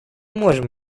можем